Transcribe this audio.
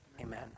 amen